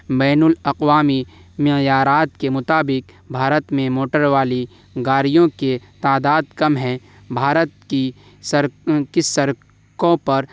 بین الاقوامی معیارات کے مطابق بھارت میں موٹر والی گاڑیوں کے تعداد کم ہے بھارت کی کی سڑکوں پر